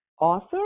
author